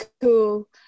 cool